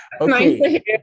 Okay